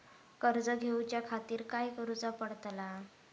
कर्ज घेऊच्या खातीर काय करुचा पडतला?